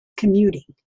commuting